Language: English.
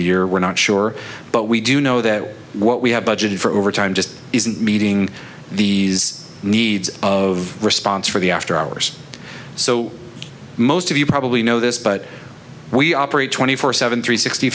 the year we're not sure but we do know that what we have budgeted for overtime just isn't meeting these needs of response for the after hours so most of you probably know this but we operate twenty four seven three sixty